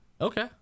Okay